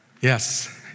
Yes